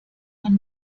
man